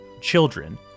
children